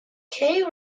kay